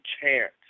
chance